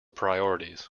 priorities